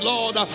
Lord